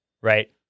right